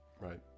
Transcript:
Right